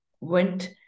went